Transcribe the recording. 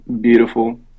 Beautiful